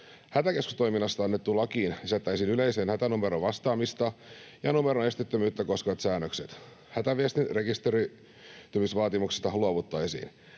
Hätäkeskustoiminnasta annettuun lakiin lisättäisiin yleiseen hätänumeroon vastaamista ja numeron esteettömyyttä koskevat säännökset. Hätäviestin rekisteröitymisvaatimuksesta luovuttaisiin.